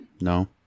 No